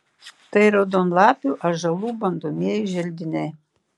tai raudonlapių ąžuolų bandomieji želdiniai